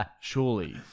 surely